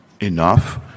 enough